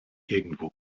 irgendwo